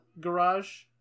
garage